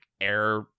air